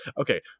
Okay